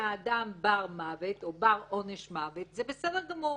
שהאדם בר מוות או בר עונש מוות, זה בסדר גמור.